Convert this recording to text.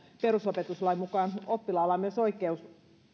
perusopetuslain mukaan oppilaalla myös on oikeus